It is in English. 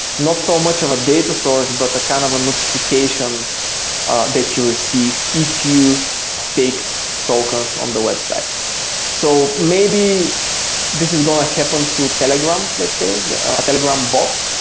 not so much of a data source but kind of a notification that you receive if you staked tokens on the website so maybe this is going to happen to telegram, let's say, a telegram bot,